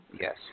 Yes